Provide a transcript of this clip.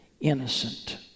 innocent